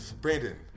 Brandon